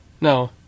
no